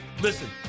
Listen